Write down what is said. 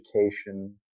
education